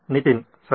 ನಿತಿನ್ ಸರಿ